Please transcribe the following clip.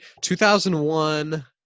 2001